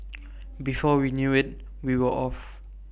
before we knew IT we were off